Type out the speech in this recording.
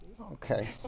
Okay